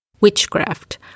Witchcraft